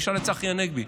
תשאל את צחי הנגבי,